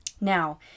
Now